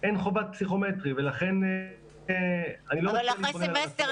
אין חובת פסיכומטרי ולכן אני לא רוצה --- אבל אחרי סמסטר